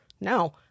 No